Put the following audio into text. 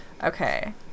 Okay